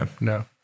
No